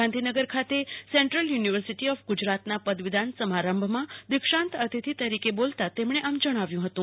ગાંધીનગર ખાતે central university of Gujarat ના પદવીદાન સમારંભ માં દીક્ષાંત અતિથિ તરીકે બોલતા તેમણે આમ જણાવ્યુ હતું